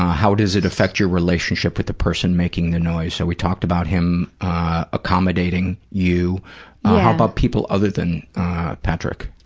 how does it affect your relationship with the person making the noise, so we talked about him accommodating you. yeah. how about people other than patrick?